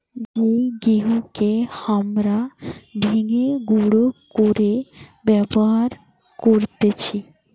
যেই গেহুকে হামরা ভেঙে গুঁড়ো করে ব্যবহার করতেছি